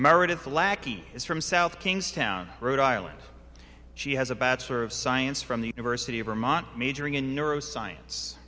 meredith lackey is from south kingstown rhode island she has a bachelor of science from the university of vermont majoring in neuroscience